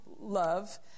love